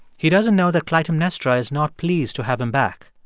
he doesn't know that clytemnestra is not pleased to have him back.